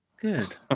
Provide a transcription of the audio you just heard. Good